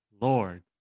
lord